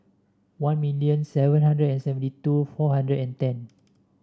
one million seven hundred and seventy two four hundred and ten